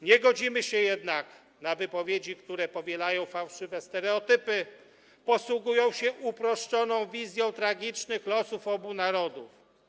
Nie godzimy się jednak na wypowiedzi, które powielają fałszywe stereotypy, posługują się uproszczoną wizją losów obu narodów.